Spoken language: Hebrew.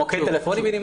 מוקד טלפוני.